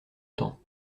temps